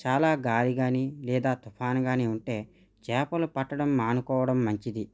చాలా గాలి కానీ లేదా తుఫాను కానీ ఉంటే చేపలు పట్టడం మానుకోవడం మంచిది